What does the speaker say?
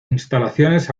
instalaciones